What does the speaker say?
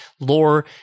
Lore